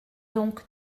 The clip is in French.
donc